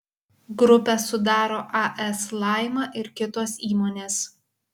grupę sudaro as laima ir kitos įmonės